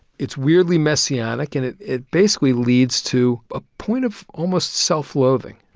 it's weirdly messianic and it it basically leads to a point of almost self-loathing,